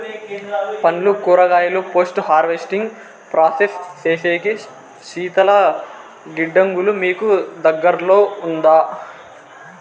పండ్లు కూరగాయలు post harvesting process సేసేకి శీతల గిడ్డంగులు మీకు దగ్గర్లో ఉందా?